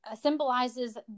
Symbolizes